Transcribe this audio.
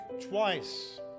twice